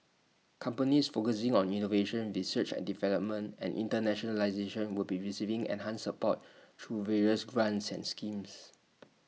companies focusing on innovation research and development and internationalisation will be receiving enhanced support through various grants and schemes